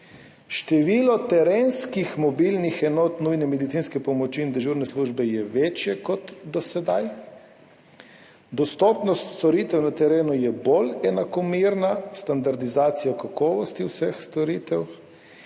Število terenskih mobilnih enot nujne medicinske pomoči in dežurne službe je večje kot do sedaj, dostopnost storitev na terenu je bolj enakomerna, standardizacija kakovosti vseh storitev